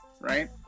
right